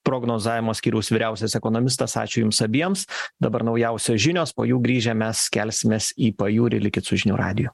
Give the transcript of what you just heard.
prognozavimo skyriaus vyriausias ekonomistas ačiū jums abiems dabar naujausios žinios po jų grįžę mes kelsimės į pajūrį likit su žinių radiju